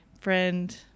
friend